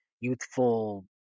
youthful